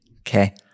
okay